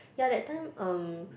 yeah that time um